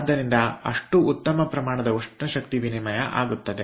ಆದ್ದರಿಂದ ಅಷ್ಟು ಉತ್ತಮ ಪ್ರಮಾಣದ ಉಷ್ಣಶಕ್ತಿ ವಿನಿಮಯ ಆಗುತ್ತದೆ